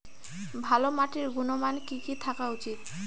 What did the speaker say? ভালো মাটির গুণমান কি কি থাকা উচিৎ?